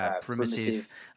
primitive